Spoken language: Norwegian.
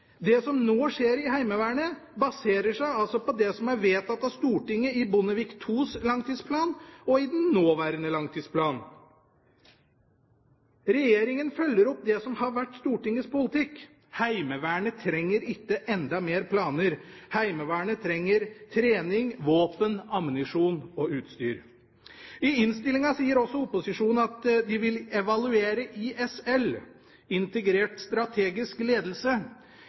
Det som nå skjer i Heimevernet, baserer seg altså på det som er vedtatt av Stortinget i Bondevik II-regjeringens langtidsplan og i den nåværende langtidsplan. Regjeringen følger opp det som har vært Stortingets politikk. Heimevernet trenger ikke enda flere planer. Heimevernet trenger trening, våpen, ammunisjon og utstyr. I innstillingen sier opposisjonen også at de vil evaluere ISL, Integrert Strategisk Ledelse,